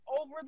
over